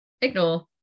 ignore